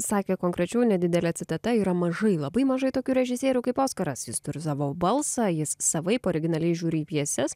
sakė konkrečiau nedidelė citata yra mažai labai mažai tokių režisierių kaip oskaras jis turi savo balsą jis savaip originaliai žiūri į pjeses